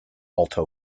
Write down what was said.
alto